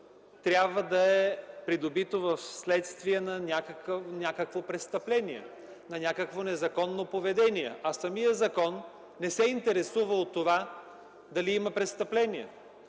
трябва да е придобито вследствие на някакво престъпление, на някакво незаконно поведение, а законът не се интересува от това дали има престъпление.